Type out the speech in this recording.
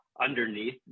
underneath